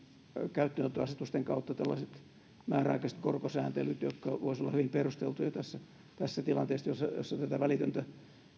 käyttöönottoasetusten kautta tällaiset määräaikaiset korkosääntelyt jotka voisivat olla hyvin perusteltuja tässä tässä tilanteessa jossa tätä välitöntä